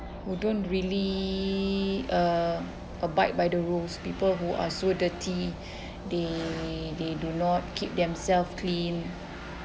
who don't really uh abide by the rules people who are so dirty they they do not keep themselves clean